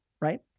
right